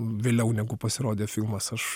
vėliau negu pasirodė filmas aš